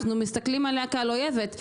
אנחנו מסתכלים עליה כעל אויבת.